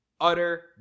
utter